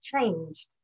changed